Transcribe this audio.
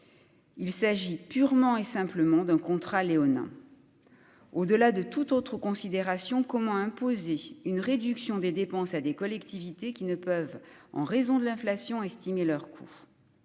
Il s'agit purement et simplement d'un contrat léonin, au-delà de toute autre considération, comment imposer une réduction des dépenses à des collectivités, qui ne peuvent, en raison de l'inflation, a estimé leur coût